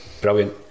Brilliant